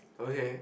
okay